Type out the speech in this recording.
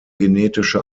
genetische